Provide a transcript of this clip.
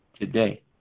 today